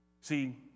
See